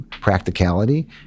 practicality